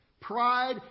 Pride